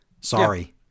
Sorry